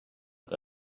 que